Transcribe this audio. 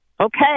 Okay